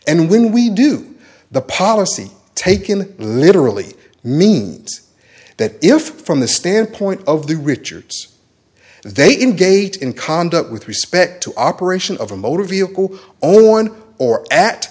and when we do the policy taken literally means that if from the standpoint of the richards they engaged in conduct with respect to operation of a motor vehicle or one or a